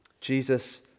Jesus